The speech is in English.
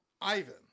Ivan